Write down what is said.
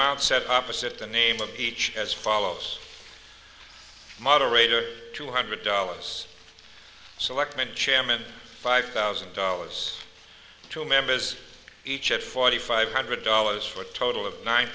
said opposite the name of each as follows moderator two hundred dollars select men chairman five thousand dollars two members each at forty five hundred dollars for a total of nine